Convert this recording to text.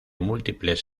múltiples